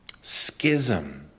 Schism